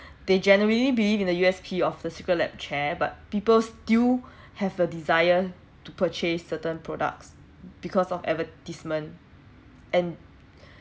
they genuinely believed in the U_S_P of the secret lab chair but people still have a desire to purchase certain products because of advertisement and